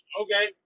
Okay